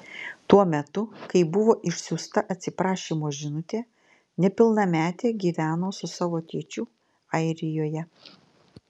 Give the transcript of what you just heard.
tuo metu kai buvo išsiųsta atsiprašymo žinutė nepilnametė gyveno su savo tėčiu airijoje